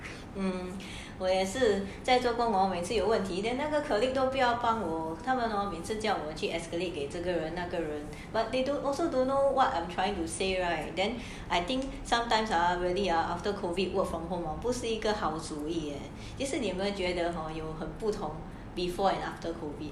err 我也是在做工 hor 每次有问题 then 那个 colleague 都不要帮我他们 hor 每次叫我去 escalate 给这个人那个人 but they don't also don't know what I'm trying to say right then I think sometimes ah really ah after COVID work from home 不是一个好的主意 leh 其实你有没有觉得很不同 like before and after COVID